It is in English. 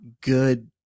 good